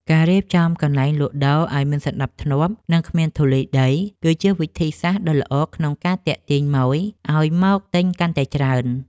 ការរៀបចំកន្លែងលក់ដូរឱ្យមានសណ្តាប់ធ្នាប់និងគ្មានធូលីដី គឺជាវិធីសាស្ត្រដ៏ល្អក្នុងការទាក់ទាញម៉ូយឱ្យមកទិញកាន់តែច្រើន។